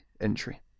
entry